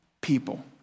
people